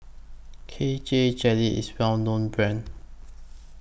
K J Jelly IS Well known Brand